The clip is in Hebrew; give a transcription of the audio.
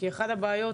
כי אחת הבעיות